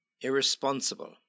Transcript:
Irresponsible